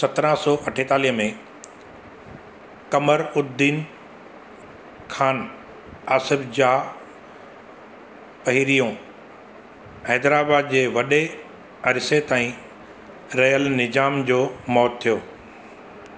सत्रहं सौ अठेतालीअ में कमरउददीन खान आसिफ जाह पहिरियों हैदराबाद जे वॾे अरिसे ताईं रहियल निजाम जो मौतु थियो